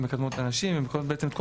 מקדמות את הנשים ומקדמות בעצם את כל